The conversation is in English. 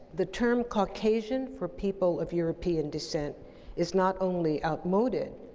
the term caucasian for people of european descent is not only outmoded,